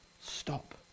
stop